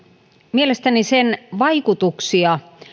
mielestäni sen vaikutuksia